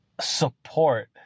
support